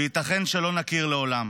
וייתכן שלא נכיר לעולם.